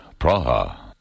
Praha